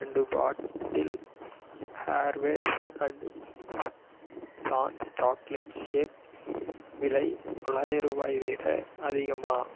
ரெண்டு பாட்டில் ஹேர்வேஸ் அண்ட் ஸ் சான்ஸ் சாக்லேட் ஷேக் விலை தொள்ளாயிரம் ரூபாயை விட அதிகமா